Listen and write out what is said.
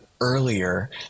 earlier